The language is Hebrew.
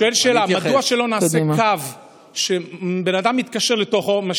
אני שואל שאלה: מדוע שלא נעשה קו שבן אדם מתקשר אליו,